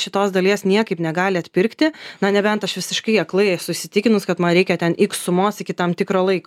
šitos dalies niekaip negali atpirkti na nebent aš visiškai aklai esu įsitikinus kad man reikia ten iks sumos iki tam tikro laiko